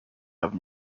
have